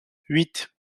huit